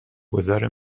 گذار